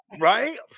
Right